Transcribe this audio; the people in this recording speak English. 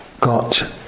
got